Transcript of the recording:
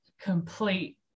complete